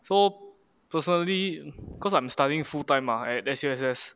so personally cause I'm studying full time mah at S_U_S_S